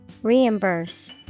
Reimburse